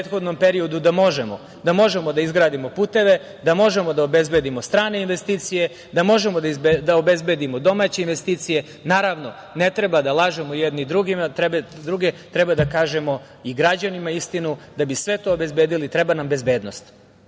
da možemo da izgradimo puteve, da možemo da obezbedimo strane investicije, da možemo da obezbedimo domaće investicije. Naravno, ne treba da lažemo jedni druge, treba da kažemo i građanima istinu. Da bismo sve to obezbedili treba nam bezbednost